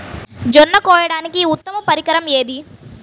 జొన్న కోయడానికి ఉత్తమ పరికరం ఏది?